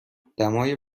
دمای